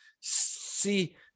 see